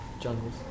jungles